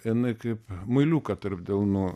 jinai kaip muiliuką tarp delnų